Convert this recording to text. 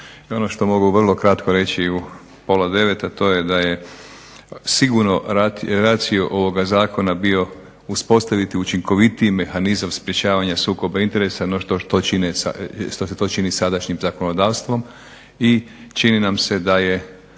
ono što mogu vrlo kratko reći u pola 9, a to je da je sigurno racio ovoga zakona bio uspostaviti učinkovitiji mehanizam sprječavanja sukoba interesa no što se to čini sadašnjim zakonodavstvom, i čini nam se da je